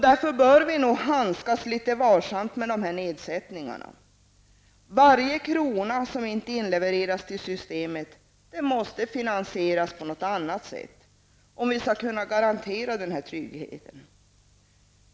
Därför bör vi handskas litet varsamt med dessa nedsättningar. Varje krona som inte inlevereras till systemet innebär att det krävs en finansiering på något annat sätt om vi skall kunna garantera tryggheten.